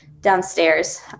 downstairs